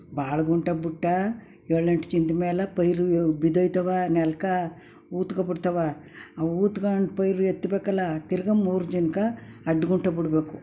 ಭಾಳ ಗುಂಟ ಬಿಟ್ಟ ಏಳೆಂಟು ಚಿಂದಿ ಮೇಲೆ ಪೈರು ಬಿದ್ದೋಯ್ತವೆ ನೆಲ್ಕೆ ಊದ್ಕೊಂಡ್ಬಿಡ್ತಾವೆ ಅವು ಊದ್ಕೊಂಡು ಪೈರು ಎತ್ತಬೇಕಲ್ಲ ತಿರುಗ ಮೂರು ಜನ್ಕೆ ಅಡ್ಡ ಗುಂಟ ಬಿಡ್ಬೇಕು